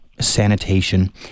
sanitation